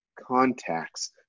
contacts